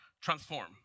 transform